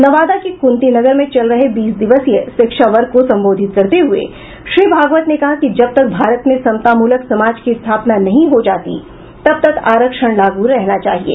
नवादा के कुंती नगर में चल रहे बीस दिवसीय शिक्षा वर्ग को संबोधित करते हुये श्री भागवत ने कहा कि जब तक भारत में समता मूलक समाज की स्थापना नहीं हो जाती तब तक आरक्षण लागू रहना चाहिये